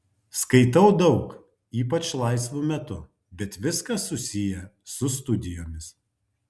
skaitau daug ypač laisvu metu bet viskas susiję su studijomis